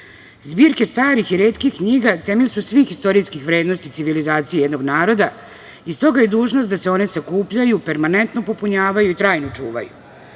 Zbirke starih i retkih knjiga temelj su svih istorijskih vrednosti civilizacije jednog naroda i stoga je dužnosti da se one sakupljaju, permanentno popunjavaju i trajno čuvaju.